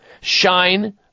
Shine